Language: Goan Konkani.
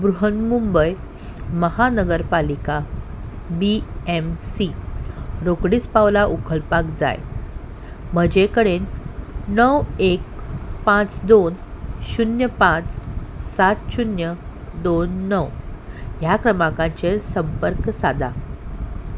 बृहन मुंबय महानगरपालिका बी एम सी रोकडीच पावलां उखलपाक जाय म्हजे कडेन णव एक पांच दोन शुन्य पांच सात शुन्य दोन णव ह्या क्रमांकाचेर संपर्क साधात